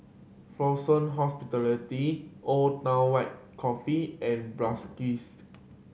Fraser Hospitality Old Town White Coffee and